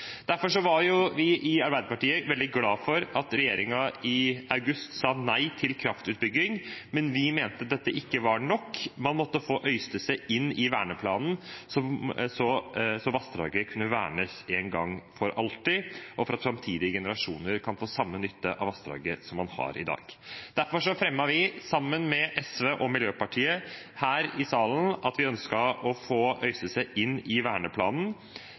Derfor var vi i Arbeiderpartiet veldig glade for at regjeringen i august sa nei til kraftutbygging, men vi mente dette ikke var nok. Man måtte få Øystese inn i verneplanen, slik at vassdraget kunne vernes en gang for alltid, og for at framtidige generasjoner kan få samme nytte av vassdraget som man har i dag. Derfor fremmet vi, sammen med SV og Miljøpartiet De Grønne, et representantforslag om å få Øystese inn i verneplanen.